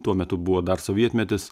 tuo metu buvo dar sovietmetis